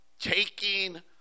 taking